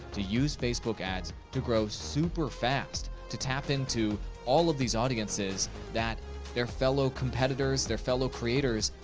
to use facebook ads to grow super fast, to tap into all of these audiences that their fellow competitors, their fellow creators,